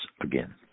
again